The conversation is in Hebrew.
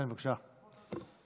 כן, בבקשה,